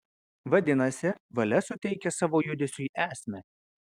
vadinasi valia suteikia savo judesiui esmę